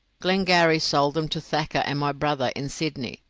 glengarry sold them to thacker and my brother in sydney,